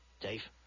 Dave